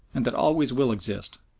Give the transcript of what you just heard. and that always will exist,